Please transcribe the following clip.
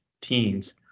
teens